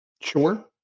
Sure